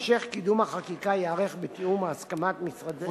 המשך קידום החקיקה ייערך בתיאום ובהסכמת משרד המשפטים,